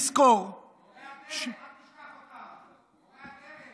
מורי הדרך, אל תשכח אותם, מורי הדרך.